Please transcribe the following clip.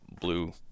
blue